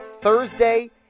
Thursday